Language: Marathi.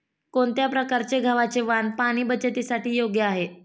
कोणत्या प्रकारचे गव्हाचे वाण पाणी बचतीसाठी योग्य आहे?